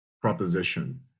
proposition